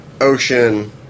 ocean